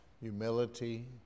humility